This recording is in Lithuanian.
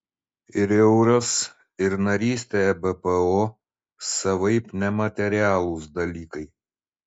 ir euras ir narystė ebpo savaip nematerialūs dalykai